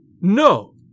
No